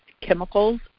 chemicals